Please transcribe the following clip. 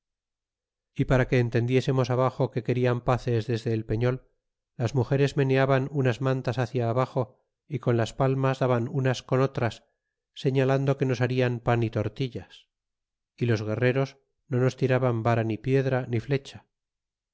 y para que entendiésemos abaxo que querian paces desde el peilol las mugeres meneaban unas mantas hácia abaxo y con las palmas daban unas con otras señalando que nos harian pan y tortillas y los guerreros no nos tiraban vara ni piedra ni flecha